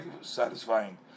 satisfying